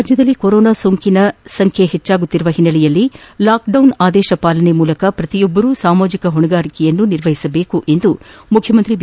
ರಾಜ್ಯದಲ್ಲಿ ಕೊರೋನಾ ಸೋಂಕಿನ ಹಿನ್ನೆಲೆಯಲ್ಲಿ ಲಾಕ್ಡೌನ್ ಆದೇಶ ಪಾಲನೆ ಮೂಲಕ ಶ್ರತಿಯೊಬ್ಬರೂ ಸಾಮಾಜಿಕ ಹೊಣೆಗಾರಿಕೆಯನ್ನು ನಿರ್ವಹಿಸಬೇಕು ಎಂದು ಮುಖ್ಯಮಂತ್ರಿ ಬಿ